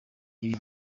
ibi